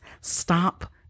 stop